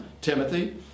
Timothy